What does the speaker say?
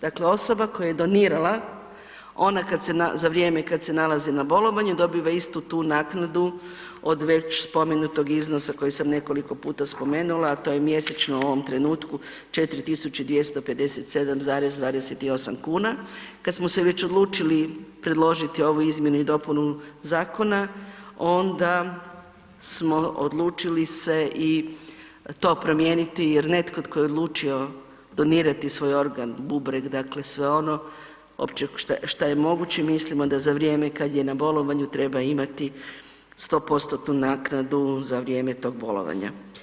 Dakle osoba koja je donirala ona za vrijeme kada se nalazi na bolovanju dobiva isti tu naknadu od već spomenutog iznosa koji sam nekoliko puta spomenula, a to je mjesečno u ovom trenutku 4.257,28 kuna, kada smo se već predložiti ovu izmjenu i dopunu zakona onda smo odlučili se i to promijeniti jer netko tko je odlučio donirati svoj organ bubreg dakle sve ono opće što je moguće, mislim da za vrijeme kada je na bolovanju treba imati 100% naknadu za vrijeme tog bolovanja.